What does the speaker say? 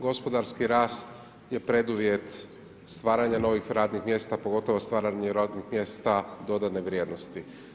Gospodarski rast je preduvjet, stvaranju novih radnih mjesta, pogotovo stvaranje radnih mjesta dodane vrijednosti.